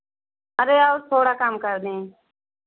अरे और थोड़ा कम कर दें